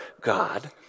God